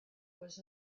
was